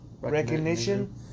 recognition